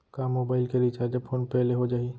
का मोबाइल के recharge PhonePe ले हो जाही?